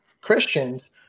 Christians